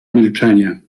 milczenie